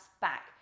back